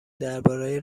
درباره